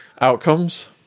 outcomes